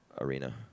Arena